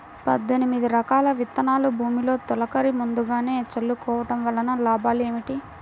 పద్దెనిమిది రకాల విత్తనాలు భూమిలో తొలకరి ముందుగా చల్లుకోవటం వలన లాభాలు ఏమిటి?